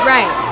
Right